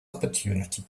opportunity